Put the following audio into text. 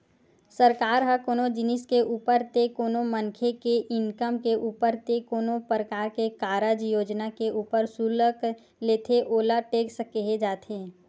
सरकार ह कोनो जिनिस के ऊपर ते कोनो मनखे के इनकम के ऊपर ते कोनो परकार के कारज योजना के ऊपर सुल्क लेथे ओला टेक्स केहे जाथे